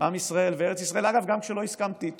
עם ישראל וארץ ישראל, אגב, גם כשלא הסכמתי איתו.